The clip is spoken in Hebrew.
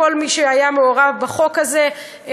לכל מי שהיה מעורב בחוק הזה,